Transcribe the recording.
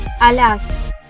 Alas